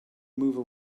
move